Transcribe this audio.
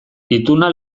ituna